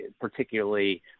particularly